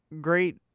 Great